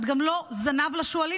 את גם לא זנב לשועלים,